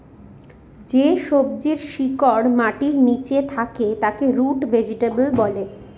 যে সবজির শিকড় মাটির নীচে থাকে তাকে রুট ভেজিটেবল বলে